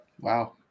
wow